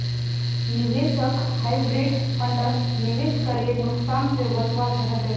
निवेशक हाइब्रिड फण्डत निवेश करे नुकसान से बचवा चाहछे